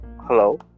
hello